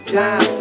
time